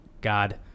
God